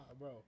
bro